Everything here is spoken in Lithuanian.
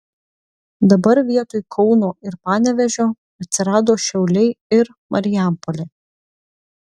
dabar vietoj kauno ir panevėžio atsirado šiauliai ir marijampolė